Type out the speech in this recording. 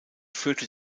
führte